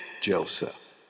Joseph